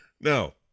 No